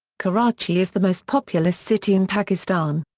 karachi is the most populous city in pakistan.